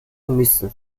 müssen